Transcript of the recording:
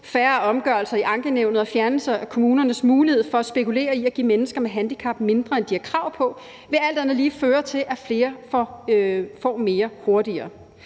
Færre omgørelser i ankenævnet og fjernelse af kommunernes mulighed for at spekulere i at give mennesker med handicap mindre, end de har krav på, vil alt andet lige føre til, at flere får mere hurtigere.